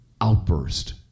outburst